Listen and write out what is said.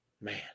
Man